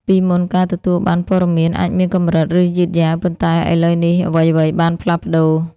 ពីមុន ការទទួលបានព័ត៌មានអាចមានកម្រិត ឬយឺតយ៉ាវ ប៉ុន្តែឥឡូវនេះ អ្វីៗបានផ្លាស់ប្ដូរ។